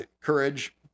courage